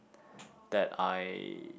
that I